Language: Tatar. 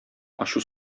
ачу